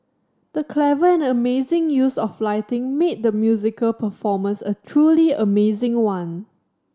the clever and amazing use of lighting made the musical performance a truly amazing one